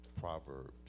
Proverbs